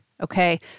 Okay